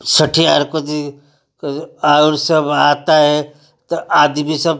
छठीयार को दी और सब आता है त आदमी सब